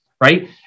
right